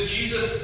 Jesus